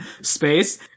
Space